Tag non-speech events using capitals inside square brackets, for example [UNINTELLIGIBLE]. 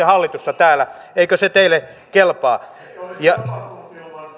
[UNINTELLIGIBLE] hallitusta täällä eikö se teille kelpaa